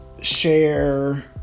share